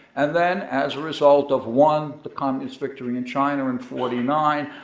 and then as a result of one, the communist victory in china in forty nine,